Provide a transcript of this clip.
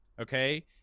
okay